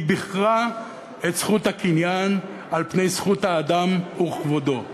היא ביכרה את זכות הקניין על פני זכות האדם וכבודו.